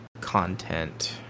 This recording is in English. content